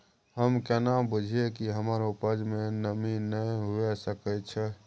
हम केना बुझीये कि हमर उपज में नमी नय हुए सके छै?